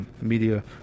media